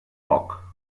poc